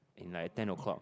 in like ten O-clock